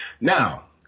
Now